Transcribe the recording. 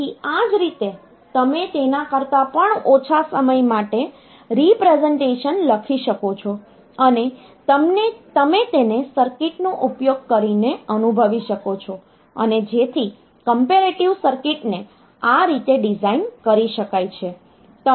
તેથી આ જ રીતે તમે તેના કરતાં પણ ઓછા સમય માટે રીપ્રેસનટેશન લખી શકો છો અને તમે તેને સર્કિટનો ઉપયોગ કરીને અનુભવી શકો છો અને જેથી કમપરેટીવ સર્કિટને આ રીતે ડિઝાઇન કરી શકાય છે